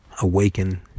awaken